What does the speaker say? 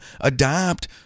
adopt